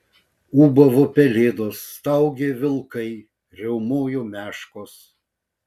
ūbavo pelėdos staugė vilkai riaumojo meškos